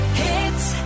hits